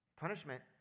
Punishment